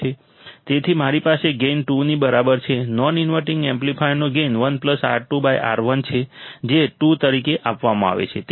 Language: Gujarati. તેથી મારી પાસે ગેઇન 2 ની બરાબર છે નોન ઇન્વર્ટિંગ એમ્પ્લીફાયરનો ગેઇન 1 R2 R1 છે જે 2 તરીકે આપવામાં આવે છે